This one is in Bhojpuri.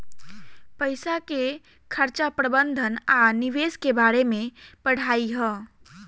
पईसा के खर्चा प्रबंधन आ निवेश के बारे में पढ़ाई ह